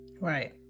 right